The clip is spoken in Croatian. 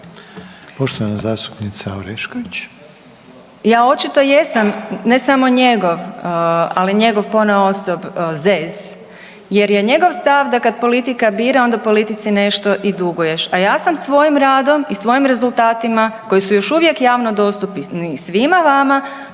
poštovana zastupnica Orešković